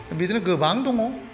बिदिनो गोबां दङ